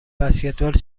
بسکتبال